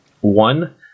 One